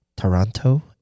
Toronto